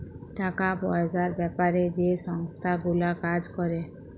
টাকা পয়সার বেপারে যে সংস্থা গুলা কাজ ক্যরে